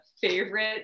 favorite